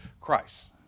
Christ